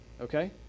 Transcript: okay